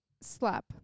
slap